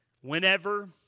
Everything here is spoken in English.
whenever